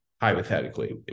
hypothetically